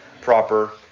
proper